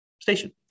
station